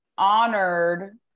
honored